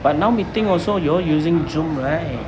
but now meeting also you all using zoom right